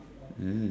mm